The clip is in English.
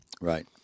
Right